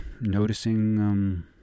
noticing